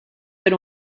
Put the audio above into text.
ver